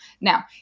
Now